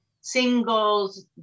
singles